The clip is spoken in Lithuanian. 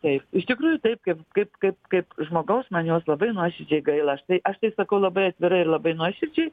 taip iš tikrųjų taip kaip kaip kaip kaip žmogaus man jos labai nuoširdžiai gaila tai aš tai sakau labai atvirai ir labai nuoširdžiai